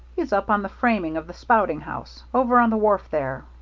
he's up on the framing of the spouting house, over on the wharf there.